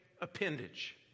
appendage